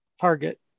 target